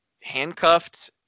handcuffed